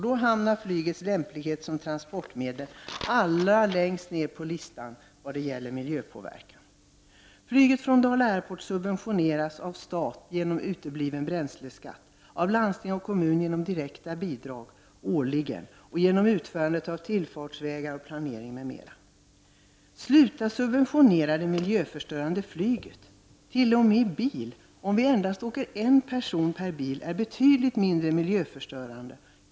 Då hamnar flygets lämplighet som transportmedel allra längst ner på listan när det gäller miljöpåverkan. Sluta subventionera det miljöförstörande flyget! T.o.m. bilen är betydligt mindre miljöförstörande, även om endast en person åker i varje bil.